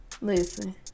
Listen